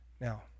Now